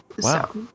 wow